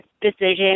decision